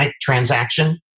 transaction